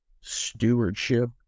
stewardship